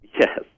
Yes